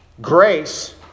Grace